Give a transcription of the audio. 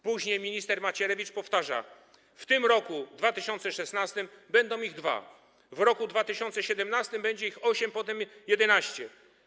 Później minister Macierewicz powtarzał: W tym roku, 2016, będą dwa, w roku 2017 będzie ich osiem, potem 11.